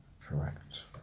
correct